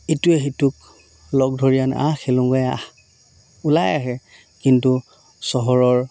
ইটোৱে সিটোক লগ ধৰি আনে আহ খেলোগৈ আহ ওলাই আহে কিন্তু চহৰৰ